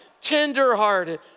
tenderhearted